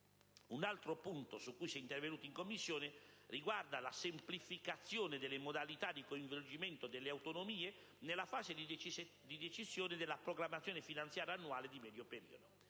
Un altro punto su cui si è intervenuti in Commissione riguarda la semplificazione delle modalità di coinvolgimento delle autonomie nella fase di decisione della programmazione finanziaria annuale di medio periodo.